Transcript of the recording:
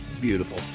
Beautiful